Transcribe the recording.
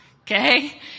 Okay